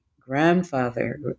grandfather